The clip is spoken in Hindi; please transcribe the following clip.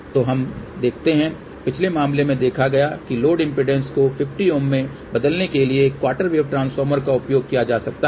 तो अब हम देखते हैं पिछले मामले में देखा गया कि लोड इम्पीडेन्स को 50 Ω में बदलने के लिए एक क्वार्टर वेव ट्रांसफॉर्मर का उपयोग किया जा सकता है